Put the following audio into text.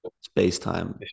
space-time